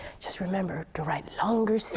just remember to write longer so